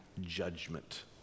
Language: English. judgment